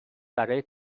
برای